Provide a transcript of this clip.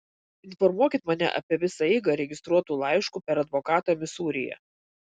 informuokit mane apie visą eigą registruotu laišku per advokatą misūryje